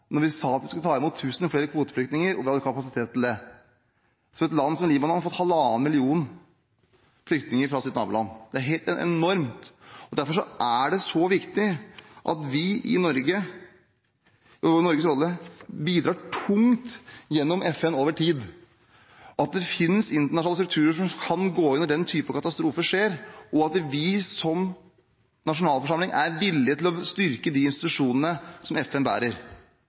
vi sa at vi skulle ta imot 1 000 flere kvoteflyktninger; vi hadde kapasitet til det. Så har et land som Libanon fått halvannen million flyktninger fra sitt naboland. Det er helt enormt. Derfor er det så viktig at vi i Norge, med vår rolle, bidrar tungt gjennom FN over tid, at det finnes internasjonale strukturer som kan gå inn når den type katastrofer skjer, og at vi som nasjonalforsamling er villig til å styrke de institusjonene som FN bærer.